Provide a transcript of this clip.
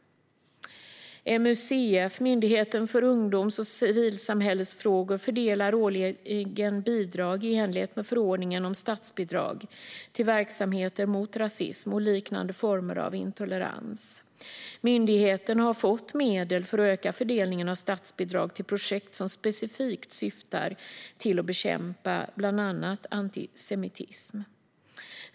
MUCF, Myndigheten för ungdoms och civilsamhällesfrågor, fördelar årligen bidrag i enlighet med förordningen om statsbidrag till verksamheter mot rasism och liknande former av intolerans. Myndigheten har fått medel för att öka fördelningen av statsbidrag till projekt som specifikt syftar till att bekämpa bland annat antisemitism.